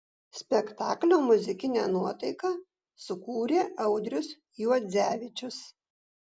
spektaklio muzikinę nuotaiką sukūrė audrius juodzevičius